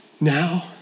Now